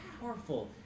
powerful